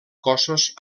cossos